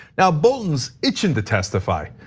now, bolton's itching to testify.